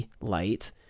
light